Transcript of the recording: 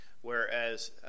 whereas